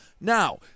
Now